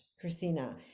christina